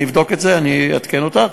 אני אבדוק את זה, אני אעדכן אותך.